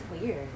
weird